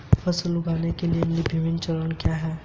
फसल उगाने के विभिन्न चरण क्या हैं?